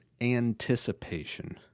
anticipation